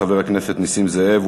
חבר הכנסת נסים זאב,